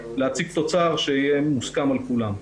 להציג תוצר שיהיה מוסכם על כולם.